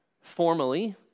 formally